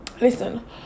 listen